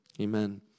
Amen